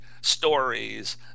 stories